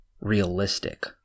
realistic